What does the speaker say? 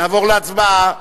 נעבור להצבעה.